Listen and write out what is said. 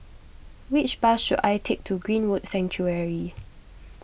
which bus should I take to Greenwood Sanctuary